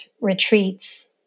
retreats